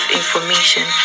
information